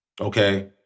Okay